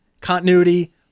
continuity